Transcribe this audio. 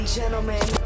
gentlemen